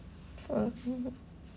okay